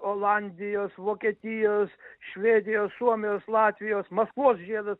olandijos vokietijos švedijos suomijos latvijos maskvos žiedas